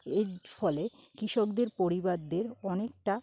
এর ফলে কৃষকদের পরিবারদের অনেকটা